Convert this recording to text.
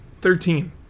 Thirteen